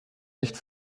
nicht